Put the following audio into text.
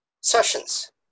sessions